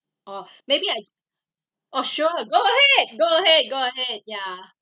orh maybe I orh sure go ahead go ahead go ahead ya